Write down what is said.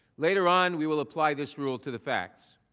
later on we will apply this rule to the facts.